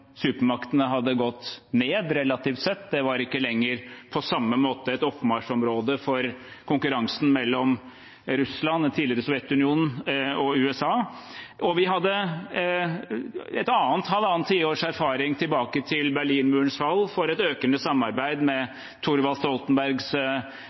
supermaktene hadde gått ned relativt sett. Det var ikke lenger på samme måte et oppmarsjområde for konkurransen mellom Russland – tidligere Sovjetunionen – og USA, og vi hadde halvannet tiårs erfaring tilbake til Berlinmurens fall, et økende samarbeid med